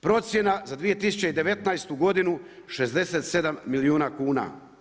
Procjena za 2019. godinu 67 milijuna kuna.